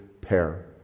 pair